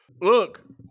look